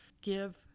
give